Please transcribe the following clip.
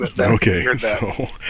Okay